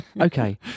Okay